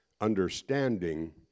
understanding